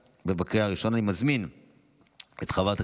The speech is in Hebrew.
שרן מרים השכל וניסים ואטורי התקבלה בקריאה ראשונה ותחזור לדיון